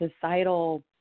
societal